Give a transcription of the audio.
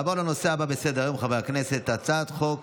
נעבור לנושא הבא בסדר-היום: הצעת חוק